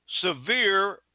severe